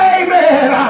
amen